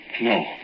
No